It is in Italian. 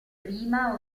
prima